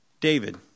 David